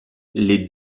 les